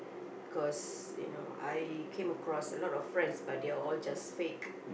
cause you know I came across a lot of friends but they're all just fake